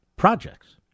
projects